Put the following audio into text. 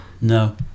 No